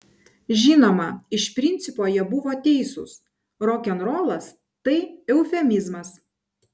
žinoma iš principo jie buvo teisūs rokenrolas tai eufemizmas